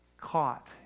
caught